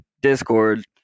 discord